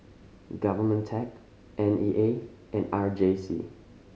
Government tech N E A and R J C